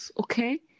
okay